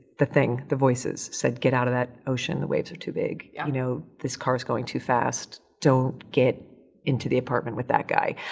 the thing, the voices said, get out of that ocean, the waves are too big. you know, this car is going too fast. don't get into the apartment with that guy.